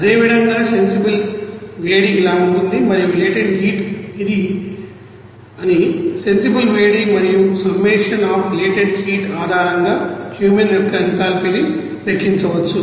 అదేవిధంగా సెన్సిబుల్ వేడి ఇలా ఉంటుంది మరియు లేటెంట్ హీట్ ఇది అని సెన్సిబుల్ వేడి మరియు సమ్మషన్ అఫ్ లేటెంట్ హీట్ ఆధారంగా క్యూమెన్ యొక్క ఎంథాల్పీని లెక్కించవచ్చు